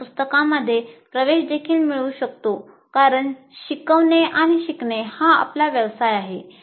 आपण पुस्तकांमध्ये प्रवेश देखील मिळवू शकता कारण शिकवणे आणि शिकणे हा आपला व्यवसाय आहे